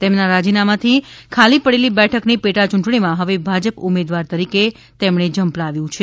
તેમના રાજીનામાંથી ખાલી પડેલી બેઠક ની પેટા યૂંટણીમાં હવે ભાજપ ઉમેદવાર તરીકે તેમણે ઝંપલાવ્યુ છે